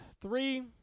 three